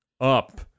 up